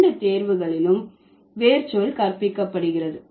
இரண்டு நேர்வுகளிலும் வேர்ச்சொல் கற்பிக்கப்படுகிறது